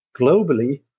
globally